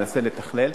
ננסה לתכלל.